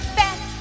best